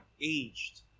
aged